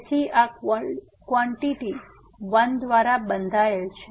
તેથી આ ક્વાટીટી 1 દ્વારા બંધાયેલ છે